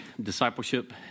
discipleship